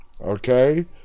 Okay